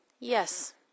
Yes